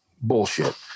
bullshit